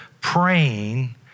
praying